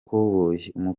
munini